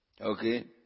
Okay